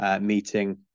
meeting